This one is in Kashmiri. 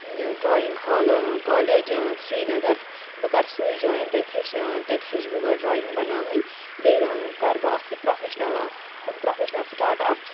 ڈرایِنگ ہالہٕ کالیج سریٖنَگر بہٕ کرٕ سُے جوین تیٚتۍ ہیٚچھان تیٚتۍ ہیٚچھ بہٕ گۄڑٕ ڈرایِنگ بناوٕنۍ بیٚیہِ کرٕ بہٕ اَکھ یہِ پروفیشنَل پروفیشنَل سٹا اَکھ